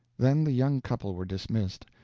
then the young people were dismissed,